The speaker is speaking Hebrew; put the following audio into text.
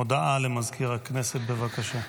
הודעה למזכיר הכנסת, בבקשה.